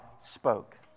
spoke